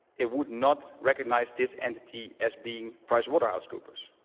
it would not recognize this entity as being pricewaterhousecoopers.